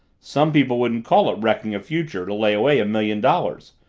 some people wouldn't call it wrecking a future to lay away a million dollars,